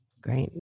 Great